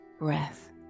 breath